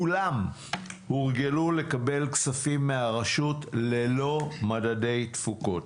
כולם הורגלו לקבל כספים מהרשות ללא מדדי תפוקות,